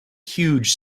huge